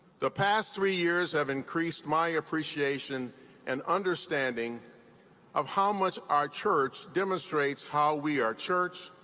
the past three years have increased myappreciation and understanding of how much our church demonstrates how we are church,